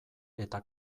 eta